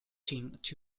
tourists